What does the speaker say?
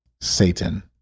Satan